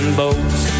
boats